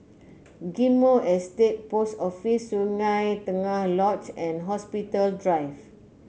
Ghim Moh Estate Post Office Sungei Tengah Lodge and Hospital Drive